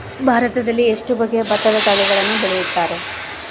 ಭಾರತದಲ್ಲಿ ಎಷ್ಟು ಬಗೆಯ ಭತ್ತದ ತಳಿಗಳನ್ನು ಬೆಳೆಯುತ್ತಾರೆ?